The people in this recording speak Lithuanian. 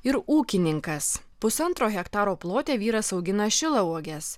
ir ūkininkas pusantro hektaro plote vyras augina šilauoges